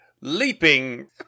leaping